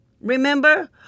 Remember